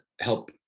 help